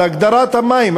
הגדרת המים,